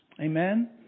Amen